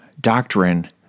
doctrine